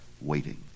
Waiting